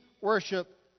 worship